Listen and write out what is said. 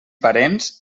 parents